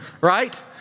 right